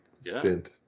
stint